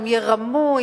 הם ירמו,